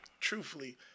truthfully